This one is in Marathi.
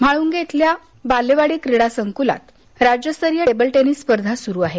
म्हाळुंगे बालेवाडी इथल्या क्रीडा संकुलात राज्यस्तरीय टेबल टेनिस स्पर्धा सुरू आहेत